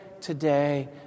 today